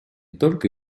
только